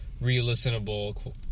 re-listenable